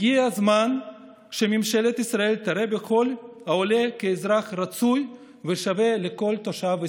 הגיע הזמן שממשלת ישראל תראה כל עולה כאזרח רצוי ושווה לכל תושב בישראל.